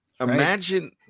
Imagine